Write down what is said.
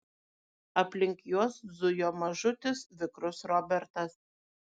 aplink juos zujo mažutis vikrus robertas